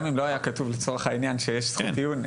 גם אם לא היה כתוב לצורך העניין שיש זכות טיעון,